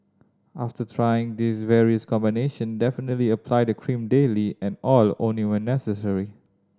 after trying this in various combination definitely apply the cream daily and oil only when necessary